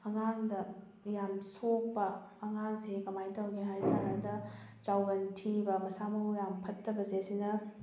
ꯑꯉꯥꯡꯗ ꯌꯥꯝ ꯁꯣꯛꯄ ꯑꯉꯥꯡꯁꯦ ꯀꯃꯥꯏꯅ ꯇꯧꯒꯦ ꯍꯥꯏ ꯇꯥꯔꯕꯗ ꯆꯥꯎꯒꯟ ꯊꯤꯕ ꯃꯁꯥ ꯃꯎ ꯌꯥꯝ ꯐꯠꯇꯕꯁꯦ ꯁꯤꯅ